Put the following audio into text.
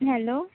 hello